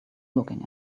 looking